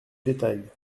détail